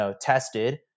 tested